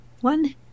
One